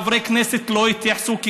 חברי הכנסת לא התייחסו,